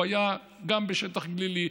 גם הוא היה בשטח גלילי.